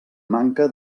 manca